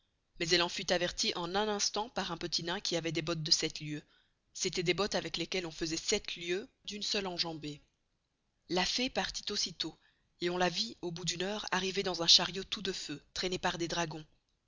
mais elle en fut avertie en un instant par un petit nain qui avoit des bottes de sept lieues c'estoit des bottes avec lesquelles on faisoit sept lieues d'une seule enjambée la fée partit aussi tost et on la vit au bout d'une heure arriver dans un chariot tout de feu traisné par des dragons